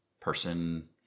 person